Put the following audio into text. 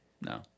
no